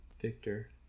victor